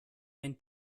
ein